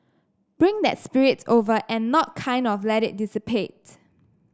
bring that spirit over and not kind of let it dissipate